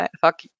Fuck